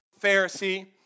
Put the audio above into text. Pharisee